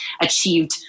achieved